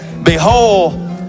Behold